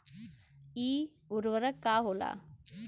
इ उर्वरक का होला?